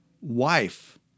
wife